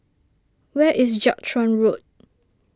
where is Jiak Chuan Road